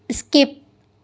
skip